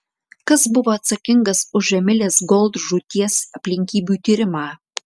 kas buvo atsakingas už emilės gold žūties aplinkybių tyrimą